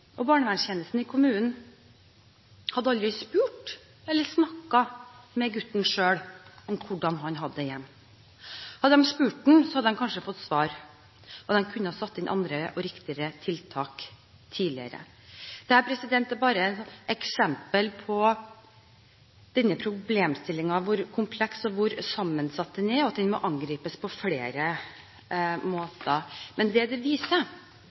i kommunen hadde aldri spurt eller snakket med gutten selv om hvordan han hadde det hjemme. Hadde de spurt han, hadde de kanskje fått svar, og de kunne ha satt inn andre og riktigere tiltak tidligere. Dette er bare et eksempel på hvor kompleks og sammensatt denne problemstillingen er, og den må angripes på flere måter. Men det dette viser,